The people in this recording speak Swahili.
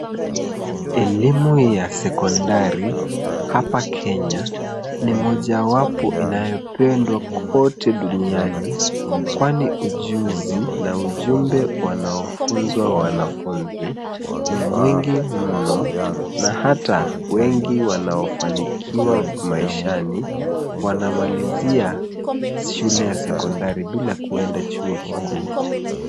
Elimu ya sekondari hapa Kenya ni mojawapo inayopendwa kote duniani kwani ujuzi na ujumbe wanaofunzwa wanafunzi ni mwingi mno na hata wengi wanaofanikiwa maishanai wanamalizia shule ya sekondari bila kuneda chuo kikuu.